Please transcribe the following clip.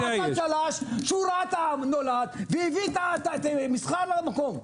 צריך לתת לראש המועצה צל"ש שהוא ראה את הנולד והביא את המסחר למקום.